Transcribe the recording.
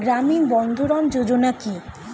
গ্রামীণ বন্ধরন যোজনা কি?